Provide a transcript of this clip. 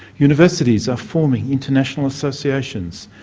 universities are forming international associations,